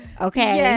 Okay